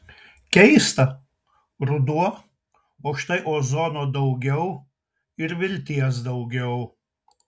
keista ruduo o štai ozono daugiau ir vilties daugiau